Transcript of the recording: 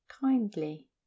kindly